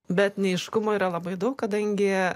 bet neaiškumo yra labai daug kadangi